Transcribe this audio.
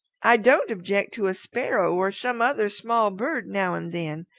i don't object to a sparrow or some other small bird now and then,